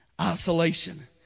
Isolation